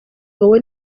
wowe